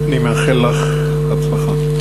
אני מאחל לך הצלחה.